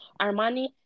Armani